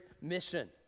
mission